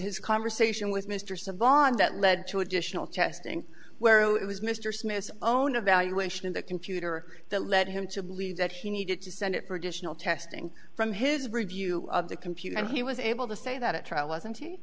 his conversation with mr savant that led to additional testing where it was mr smith's own evaluation of the computer that led him to believe that he needed to send it for additional testing from his review of the computer and he was able to say that it wasn't he